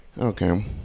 Okay